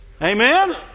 Amen